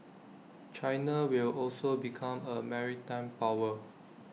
China will also become A maritime power